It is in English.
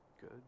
good